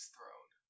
Throne